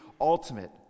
ultimate